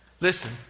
Listen